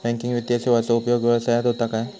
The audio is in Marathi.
बँकिंग वित्तीय सेवाचो उपयोग व्यवसायात होता काय?